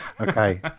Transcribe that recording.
Okay